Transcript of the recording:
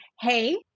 hey